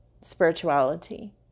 spirituality